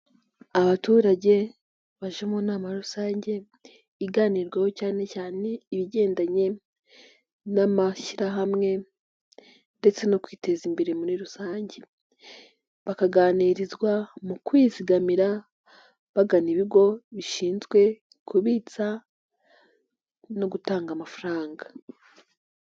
Abaturage baje mu nama rusange iganirwaho cyane cyane ibigendanye n'amashyirahamwe, ndetse no kwiteza imbere muri rusange, bakaganirizwa mu kwizigamira bagana ibigo bishinzwe kubitsa no gutanga amafaranga.